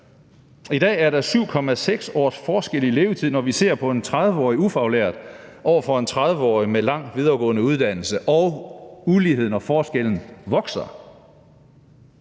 I dag er der 7,6 års forskel i levetid, når vi ser på en 30-årig ufaglært over for en 30-årig med en lang videregående uddannelse, og uligheden og forskellen vokser.